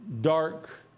dark